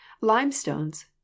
limestones